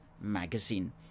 magazine